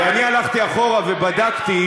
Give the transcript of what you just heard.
כי אני הלכתי אחורה ובדקתי,